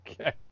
Okay